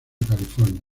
california